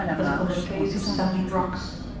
as upon the face of sandy rocks.